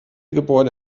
gebäude